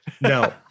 No